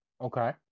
okay